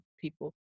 people